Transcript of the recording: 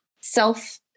self